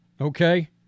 okay